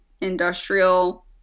industrial